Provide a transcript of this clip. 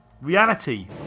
reality